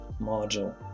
module